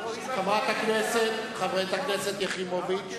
חברת הכנסת יחימוביץ,